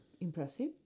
impressive